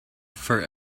for